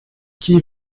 qui